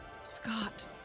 scott